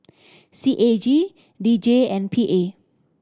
C A G D J and P A